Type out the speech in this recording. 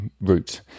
route